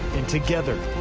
and together,